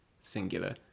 singular